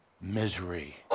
misery